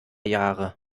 jahre